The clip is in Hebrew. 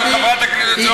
השינוי אצל חברת הכנסת זועבי.